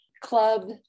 club